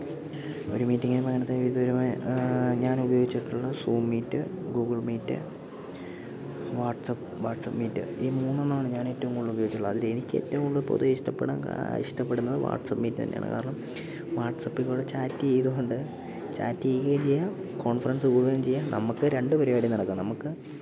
ഒരു മീറ്റിങ്ങിൽ പങ്കെടുത്ത വിദൂരമായ ഞാൻ ഉപയോഗിച്ചിട്ടുള്ള zoom meet Google meet WhatsApp WhatsApp meet ഈ മൂന്നെണ്ണാണ് ഞാനേറ്റവും കൂടുതലുപയോഗിച്ചിട്ടുള്ളത് അതിലെനിക്കേറ്റവും കൂടുതൽ പൊതുവെ ഇഷ്ടപ്പെടാൻ കാ ഇഷ്ടപ്പെടുന്നത് വാട്സ്ആപ്പ് മീറ്റ് തന്നെയാണ് കാരണം വാട്സ്പ്പിലൂടെ ചാറ്റ് ചെയ്ത് കൊണ്ട് ചാറ്റ് ചെയ്യുകയും ചെയ്യാം കോൺഫെറൻസ് കൂടുകയും ചെയ്യാം നമുക്ക് രണ്ട് പരിപാടിയും നടക്കാം നമുക്ക്